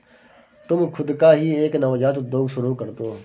तुम खुद का ही एक नवजात उद्योग शुरू करदो